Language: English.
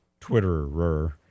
Twitterer